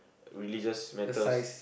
religious matters